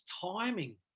timing